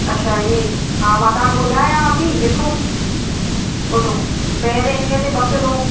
अच्छा ईंअ हा मां तव्हां ॿुधायांवती लिखो ॿुधो पहिरियें ॾींह ते ॿ किलो